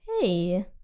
Hey